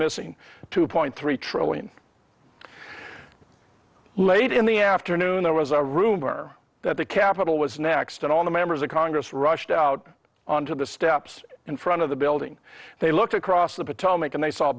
missing two point three trillion late in the afternoon there was a rumor that the capitol was next and all the members of congress rushed out on to the steps in front of the building they looked across the potomac and they saw